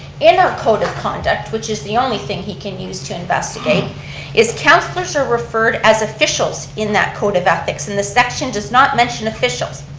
in our code of conduct, which is the only thing he can use to investigate is councilors are referred as officials in that code of ethics, and the section does not mention officials.